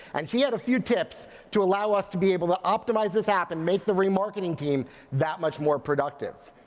and she had a few tips to allow us to be able to optimize this app and make the remarketing team that much more productive.